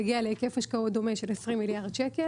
תגיע להיקף השקעות דומה של 20 מיליארד ₪,